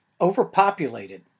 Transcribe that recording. overpopulated